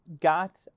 got